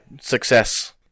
Success